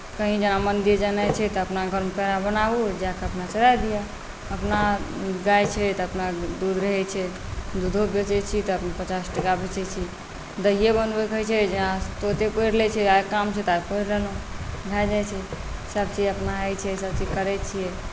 कहीँ जेना मन्दिर जेनाइ छै तऽ अपना घरमे पेड़ा बनाबू जा कऽ अपना चढ़ा दियौ अपना गाए छै तऽ अपना दूध रहैत छै दूधो बेचैत छियै तऽ पचास टाका बेचैत छी दहिए बनबैके होइत छै जेना तुरन्ते पोरि लैत छै काल्हि काम छै तऽ आइ पोरि लेलहुँ भए जाइत छै सभचीज अपना होइत छै सभचीज करैत छियै